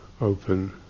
open